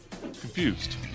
confused